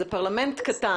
זה פרלמנט קטן.